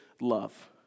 love